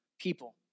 people